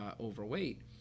overweight